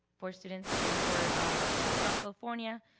for students, and for hands across california.